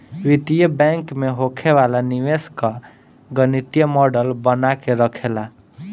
वित्तीय बैंक में होखे वाला निवेश कअ गणितीय मॉडल बना के रखेला